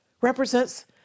represents